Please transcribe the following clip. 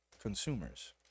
consumers